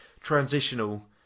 transitional